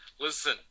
Listen